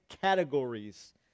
categories